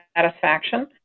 satisfaction